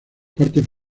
partes